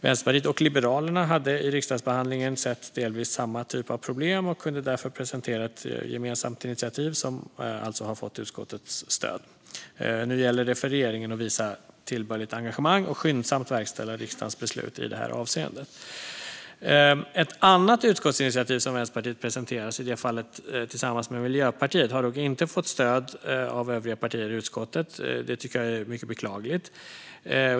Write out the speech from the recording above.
Vänsterpartiet och Liberalerna hade i riksdagsbehandlingen sett delvis samma typ av problem och kunde därför presentera ett gemensamt initiativ som alltså har fått utskottets stöd. Nu gäller det för regeringen att visa tillbörligt engagemang och skyndsamt verkställa riksdagens beslut i det här avseendet. Ett annat utskottsinitiativ som Vänsterpartiet presenterat, i det fallet tillsammans med Miljöpartiet, har dock inte fått stöd av övriga partier i utskottet. Det tycker jag är mycket beklagligt.